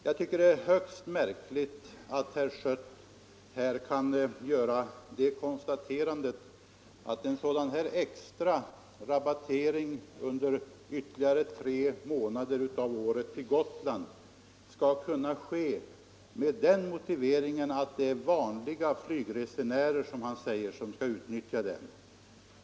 Jag tycker det är högst märkligt att herr Schött här hävdar att en extra rabattering under ytterligare tre månader av året på flygpriset till Gotland skall kunna ske med den motiveringen att det är vanliga flygresenärer, som herr Schött säger, som skall utnyttja den.